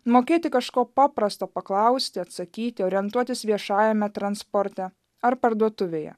mokėti kažko paprasto paklausti atsakyti orientuotis viešajame transporte ar parduotuvėje